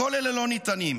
כל אלה לא ניתנים.